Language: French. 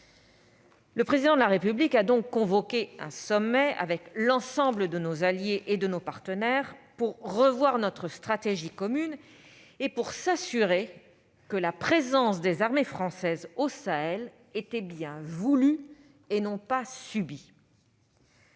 Le Président de la République a donc convoqué un sommet avec l'ensemble de nos alliés et de nos partenaires pour revoir notre stratégie commune et pour s'assurer que la présence des armées françaises au Sahel était bien voulue et non pas subie.